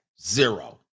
Zero